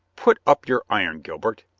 put up your iron, gilbert.